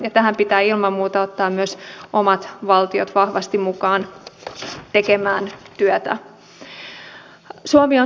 ja tähän pitää ilman muuta ottaa myös omat valtiot vahvasti mukaan tekemään työtä